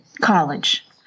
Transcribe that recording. college